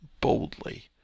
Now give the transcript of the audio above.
boldly